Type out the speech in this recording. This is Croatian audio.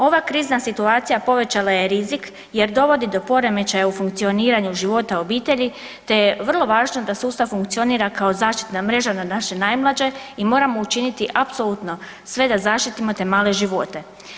Ova krizna situacija povećala je rizik jer dovodi do poremećaja u funkcioniranju života obitelji, te je vrlo važno da sustav funkcionira kao zaštitna mreža na naše najmlađe i moramo učiniti apsolutno sve da zaštitimo te male živote.